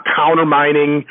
countermining